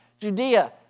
Judea